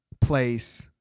Place